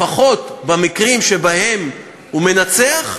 לפחות במקרים שבהם הוא מנצח,